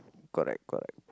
correct correct